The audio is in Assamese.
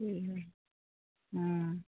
অঁ